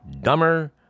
Dumber